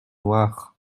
noir